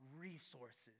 resources